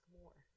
more